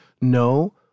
No